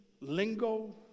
lingo